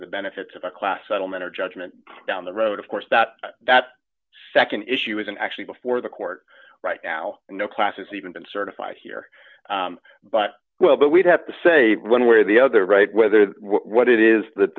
the benefits of a class settlement or judgment down the road of course that that nd issue isn't actually before the court right now no classes even been certified here but well but we'd have to say one way or the other right whether what it is that